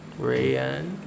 Rayan